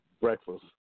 breakfast